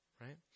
right